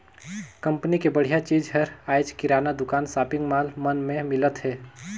company के बड़िहा चीज हर आयज किराना दुकान, सॉपिंग मॉल मन में मिलत हे